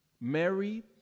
Mary